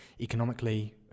economically